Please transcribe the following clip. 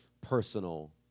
personal